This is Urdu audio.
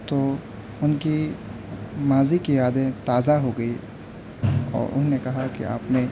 تو ان کی ماضی کی یادیں تازہ ہو گئی اور انہوں نے کہا کہ آپ نے